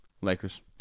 Lakers